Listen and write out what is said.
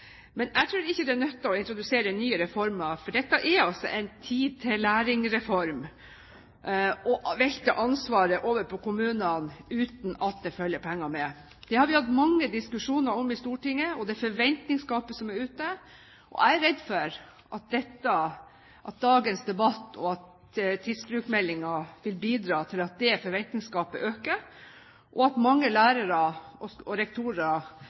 Men jeg tror ikke det nytter å introdusere nye reformer, for dette er altså en tid-til-læring-reform, og velte ansvaret over på kommunene uten at det følger med penger. Det har vi hatt mange diskusjoner om i Stortinget, og om det forventningsgapet som er ute. Jeg er redd for at dagens debatt og tidsbrukmeldingen vil bidra til at forventningsgapet øker, og at mange lærere og